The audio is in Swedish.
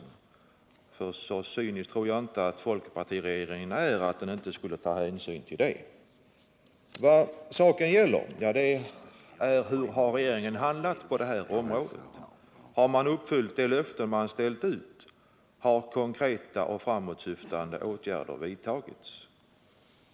Så cynisk tror jag inte att folkpartiregeringen är att den inte skulle ta hänsyn till den oron. Vad saken gäller är: Hur har regeringen handlat på detta område? Har man uppfyllt de löften man ställt ut och har konkreta och framåtsyftande åtgärder vidtagits?